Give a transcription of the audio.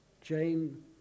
jane